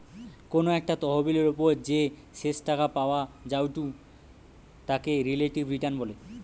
কোনো একটা তহবিলের ওপর যে শেষ টাকা পাওয়া জায়ঢু তাকে রিলেটিভ রিটার্ন বলে